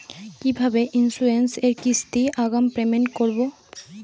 কিভাবে ইন্সুরেন্স এর কিস্তি আগাম পেমেন্ট করবো?